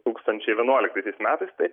tūkstančiai vienuoliktaisiais metais tai